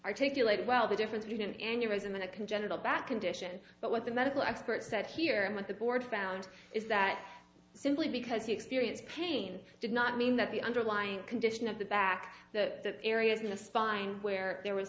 articulate well the difference between an aneurism and a congenital bad condition but what the medical expert said here and what the board found is that simply because he experienced pain did not mean that the underlying condition of the back the areas in the spine where there was